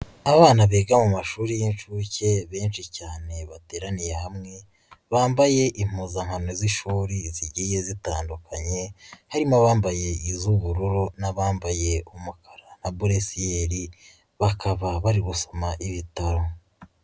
Abana biga mu mashuri y'inshuke benshi cyane bateraniye hamwe, bambaye impuzankano z'ishuri zigiye zitandukanye, harimo abambaye iz'ubururu n'abambaye umukara na bleu ciel bakaba bari gusoma ibitabo.